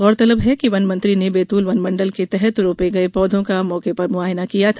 गौरतलब है कि वनमंत्री ने बैतूल वनमंडल के तहत रोपे गये पौधों का मौके पर मुआयना किया था